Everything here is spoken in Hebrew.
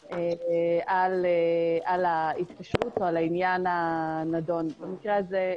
על ההתקשרות או על העניין הנדון במקרה הזה,